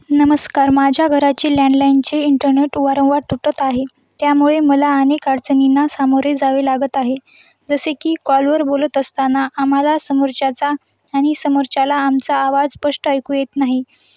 नमस्कार माझ्या घराचे लँडलाईनचे इंटरनेट वारंवार तुटत आहे त्यामुळे मला अनेक अडचणींना सामोरे जावे लागत आहे जसे की कॉलवर बोलत असताना आम्हाला समोरच्याचा आणि समोरच्याला आमचा आवाज स्पष्ट ऐकू येत नाही